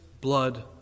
blood